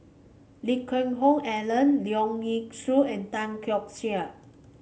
Lee Geck Hoon Ellen Leong Yee Soo and Tan Keong Saik